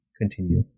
continue